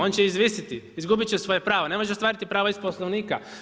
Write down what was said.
On će izvisiti, izgubit će svoje pravo, ne može ostvariti prava iz Poslovnika.